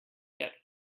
yet